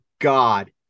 god